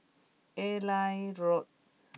Airline Road